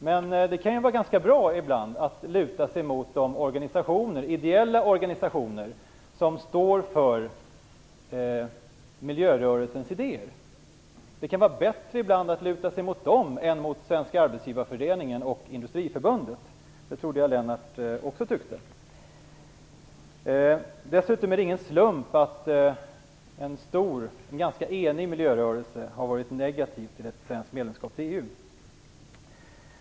Men det kan vara ganska bra ibland att luta sig mot ideella organisationer som står för miljörörelsens idéer. Det kan ibland vara bättre att luta sig mot dem än mot Svenska arbetsgivareföreningen och Industriförbundet. Det trodde jag att Lennart Daléus också tyckte. Dessutom är det ingen slump att en ganska enig miljörörelse har varit negativ till ett svenskt medlemskap i EU.